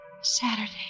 Saturday